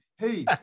Hey